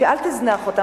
אל תזנח אותם.